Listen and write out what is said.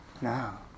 now